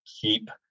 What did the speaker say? keep